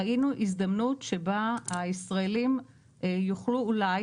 ראינו הזדמנות שבה הישראלים יוכלו אולי,